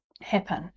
happen